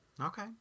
Okay